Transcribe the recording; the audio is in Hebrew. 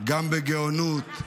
גם בגאונות,